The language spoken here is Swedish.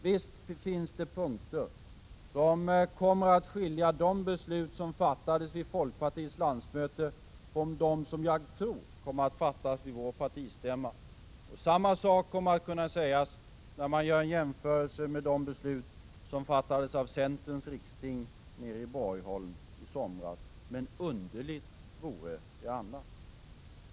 Visst finns det punkter som kommer att skilja de beslut som fattades vid folkpartiets landsmöte från dem som jag tror kommer att fattas vid vår partistämma. Och samma sak kommer att kunna sägas när man gör en jämförelse med de beslut som fattades vid centerns riksstämma nere i Borgholm i somras. Underligt vore det annars.